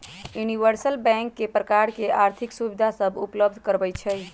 universal bank कय प्रकार के आर्थिक सुविधा सभ उपलब्ध करबइ छइ